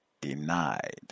denied